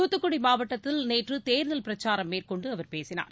தூத்துக்குடி மாவட்டத்தில் நேற்று தேர்தல் பிரச்சாரம் மேற்கொண்டு அவர் பேசினார்